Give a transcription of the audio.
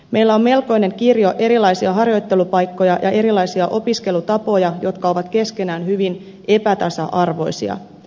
meillä on melkoinen kirjo erilaisia harjoittelupaikkoja ja erilaisia opiskelutapoja jotka ovat keskenään hyvin epätasa arvoisia